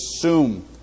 assume